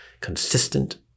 consistent